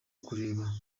kureba